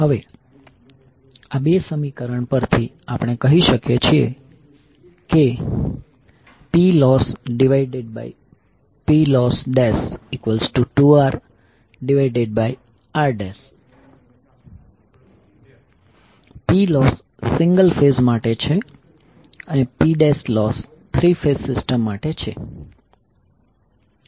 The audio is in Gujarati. હવે આ 2 સમીકરણ પરથી આપણે કહી શકીએ છીએ કે PlossPloss2RR Plossસિંગલ ફેઝ માટે છે અને Plossથ્રી ફેઝ સિસ્ટમ માટે છે